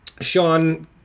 Sean